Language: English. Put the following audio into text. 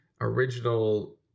original